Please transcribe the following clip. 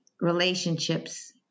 relationships